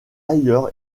ailleurs